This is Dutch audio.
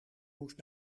moest